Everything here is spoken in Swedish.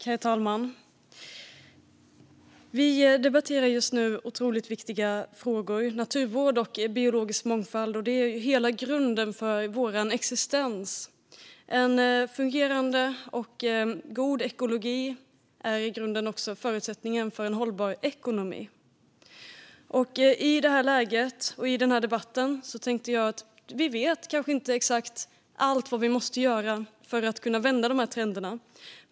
Herr talman! Vi debatterar nu otroligt viktiga frågor, naturvård och biologisk mångfald - grunden för hela vår existens. En fungerande och god ekologi är i grunden också förutsättningen för en hållbar ekonomi. I detta läge och i denna debatt vet vi kanske inte exakt allt vi måste göra för att kunna vända trenderna.